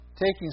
Taking